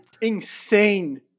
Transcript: insane